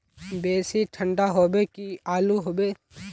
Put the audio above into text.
बेसी ठंडा होबे की आलू होबे